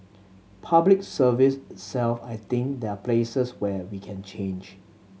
Public Service itself I think there are places where we can change